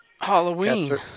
Halloween